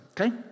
Okay